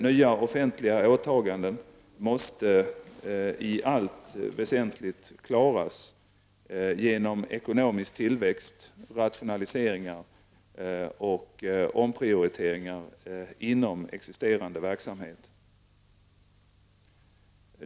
Nya offentliga åtaganden måste i allt väsentligt klaras genom ekonomisk tillväxt, rationaliseringar och omprioriteringar inom existerande verksamhet.